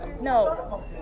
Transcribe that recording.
No